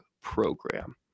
program